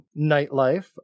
Nightlife